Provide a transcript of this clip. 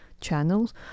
channels